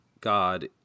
God